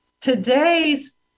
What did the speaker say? Today's